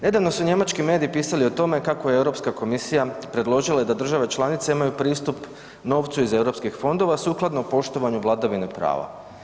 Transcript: Nedavno su njemački mediji pisali o tome kao je Europska komisija predložila da države članice imaju pristup novcu iz Europskih fondova sukladno poštovanju vladavine prava.